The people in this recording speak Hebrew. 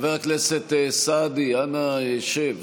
חבר הכנסת סעדי, אנא שב.